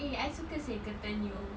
eh I suka seh curtain you